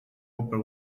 upper